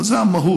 אבל זו המהות: